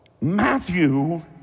Matthew